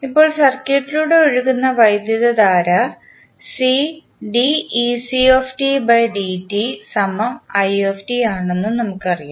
ഇപ്പോൾ സർക്യൂട്ടിലൂടെ ഒഴുകുന്ന വൈദ്യുതധാര ആണെന്നും നമുക്കറിയാം